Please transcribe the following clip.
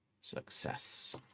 success